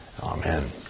Amen